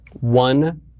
One